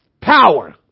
power